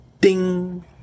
ding